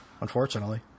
unfortunately